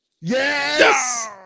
Yes